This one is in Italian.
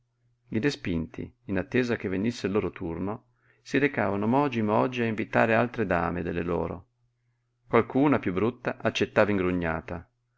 respinti in attesa che venisse il loro turno si recavano mogi mogi a invitare altre dame delle loro qualcuna piú brutta accettava ingrugnata